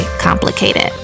complicated